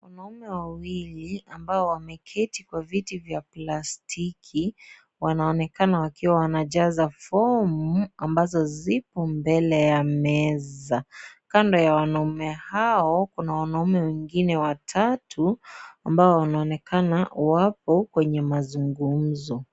Wanaume wawili ambao wameketi kwa viti vya plastiki wanaonekana wakiwa wanajaza form ambazo zipo mbele ya meza. Kando ya wanaume hao, kuna wanaume wengine watatu ambao wanaonekana wapo kwenye mazungumzo.